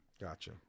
Gotcha